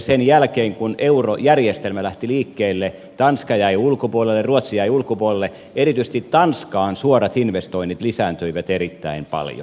sen jälkeen kun eurojärjestelmä lähti liikkeelle tanska jäi ulkopuolelle ruotsi jäi ulkopuolelle erityisesti tanskaan suorat investoinnit lisääntyivät erittäin paljon